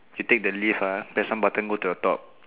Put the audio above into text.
you take the lift ah press one button go to the top